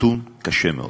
נתון קשה מאוד.